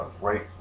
right